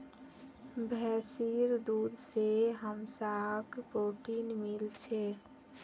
भैंसीर दूध से हमसाक् प्रोटीन मिल छे